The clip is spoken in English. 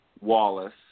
Wallace